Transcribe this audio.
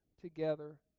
together